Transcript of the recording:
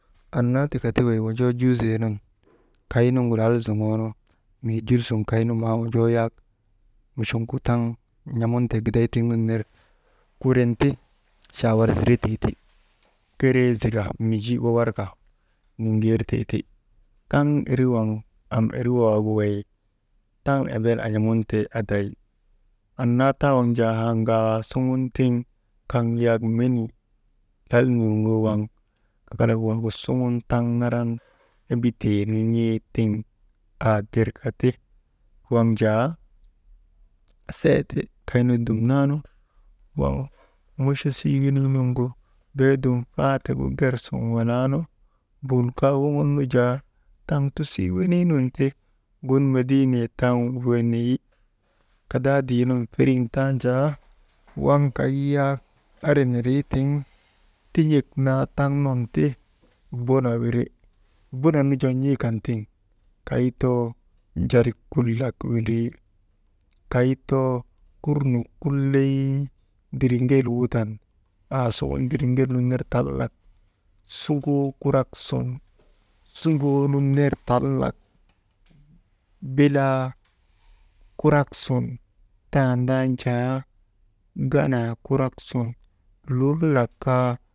Annaa tika ti wez wojoo juuzee nun kay nuŋgu lal zoŋoonu, mii jul sun maa wojoo yak muchoŋ taŋ n̰amuntee giday tigunun ner kurin ti chaawar ziretee ti, keree zika Minji wawar ka niŋgertee ti kaŋ iriwaŋ am irik waagu wey taŋ emben an̰amuntee aday, annaa taa waŋ jaa haa ŋaasugun tiŋ kaŋ yak menii lal nurŋoo waŋ kakalak waagu suŋun naran taŋ embitee nu n̰ee tiŋ aa tir ka ti waŋ jaa seeti kay nu dumnaanu waŋ muchochiiweniinuŋgu beedum faatek gu ger sun walaa nu mbul kaa woŋon nu jaa taŋtusii wenii nun ti gun mediinee tan weneyi, kadaadii nun feriŋ tanjaa waŋ kay yak ari nindrii tiŋ tin̰ek naa taŋ nun ti buna wiri, buna nu jaa n̰ee kan tiŋ, kay too jarik kulak windrii, kay too kurnuk kulley dirigel wudan aasuŋun diriŋel nun ner tallnak suŋoo kurak sun, sunŋoo nun ner tal nat bilaa kurak sun tandan jaa ganaa kurak sun lul nak kaa.